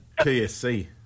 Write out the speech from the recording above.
TSC